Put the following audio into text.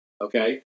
Okay